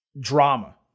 drama